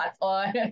on